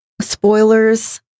spoilers